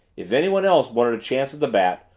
if anyone else wanted a chance at the bat,